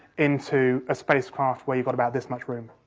into a spacecraft where you've got about this much room.